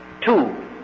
two